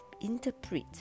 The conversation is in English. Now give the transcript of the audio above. interpret